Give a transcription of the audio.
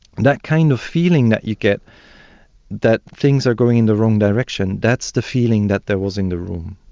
that kind of feeling that you get that things are going in the wrong direction, that's the feeling that there was in the room.